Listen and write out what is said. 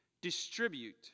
distribute